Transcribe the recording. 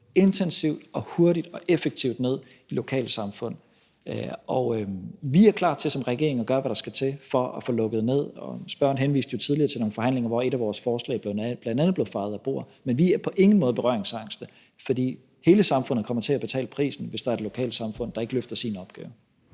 intensivt, hurtigt og effektivt ned i lokalsamfundene. Vi er som regering klar til at gøre, hvad der skal til, for at få lukket ned. Spørgeren henviste jo tidligere til nogle forhandlinger, hvor et af vores forslag blev fejet af bordet, men vi er på ingen måde berøringsangste, fordi hele samfundet kommer til at betale prisen, hvis der er et lokalsamfund, der ikke løfter sin opgave.